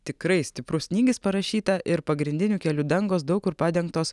tikrai stiprus snygis parašyta ir pagrindinių kelių dangos daug kur padengtos